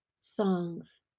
songs